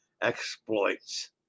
exploits